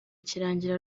kirangira